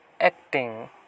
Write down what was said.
acting